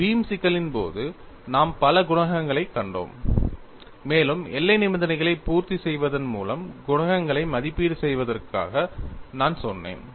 ஒரு பீம் சிக்கலின் போது நாம் பல குணகங்களைக் கண்டோம் மேலும் எல்லை நிபந்தனைகளை பூர்த்தி செய்வதன் மூலம் குணகங்களை மதிப்பீடு செய்வதாக நான் சொன்னேன்